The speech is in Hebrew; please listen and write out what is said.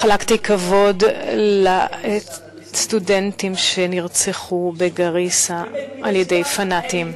חלקתי כבוד לסטודנטים שנרצחו בגאריסה על-ידי פנאטים.